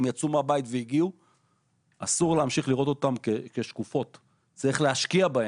לכן אסור לנו להסתכל עליהן כשקופות אלא צריך להשקיע בהן,